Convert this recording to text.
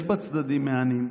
יש בה צדדים מהנים,